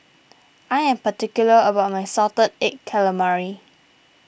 I am particular about my Salted Egg Calamari